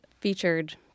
featured